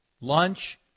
lunch